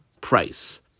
price